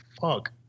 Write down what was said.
fuck